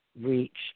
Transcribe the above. reached